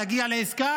להגיע לעסקה